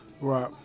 Right